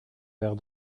verre